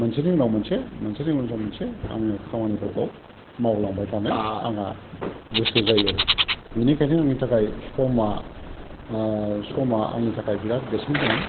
मोनसेनि उनाव मोनसे मोनसेनि उनाव मोनसे आङो खामानिफोरखौ मावलांबाय थानो आंहा गोसो जायो आरो बिनिखायनो आंनि थाखाय समा समा आंनि थाखाय बिराद बेसेन गोनां